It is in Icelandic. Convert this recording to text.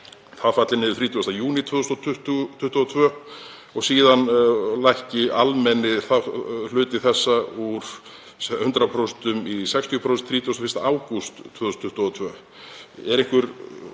það falli niður 30. júní 2022. Og síðan lækki almenni hluti þessa úr 100% í 60%, 31. ágúst 2022.